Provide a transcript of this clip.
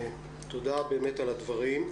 על הדברים,